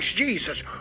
Jesus